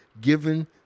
given